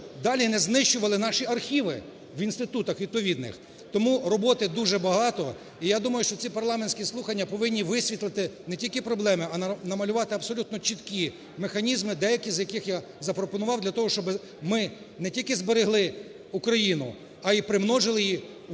далі не знищували наші архіви в інститутах відповідних. Тому роботи дуже багато. І я думаю, що ці парламентські слухання повинні висвітлити не тільки проблеми, а намалювати абсолютно чіткі механізми, деякі з яких я запропонував для того, щоби ми не тільки зберегли Україну, а й примножили її у світовій